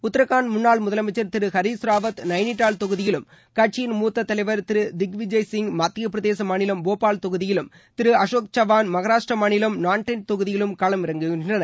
உத்தராகண்ட் முன்னாள் முதலமைச்சர் திரு ஹரீஷ் ராவத் நைனிடால் தொகுதியிலும் கட்சியின் மூத்தத் தலைவர் திரு திக் விஜய்சிங் மத்தியப் பிரசேத மாநிலம் போபால் தொகுதியிலும் திரு அசோக் சவான் மஹாராஷ்ட்ர மாநிலம் நான்டெட் தொகுதியிலும் களம் இறங்குகின்றனர்